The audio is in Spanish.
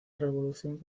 revolución